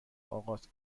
آغاز